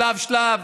שלב-שלב,